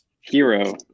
Hero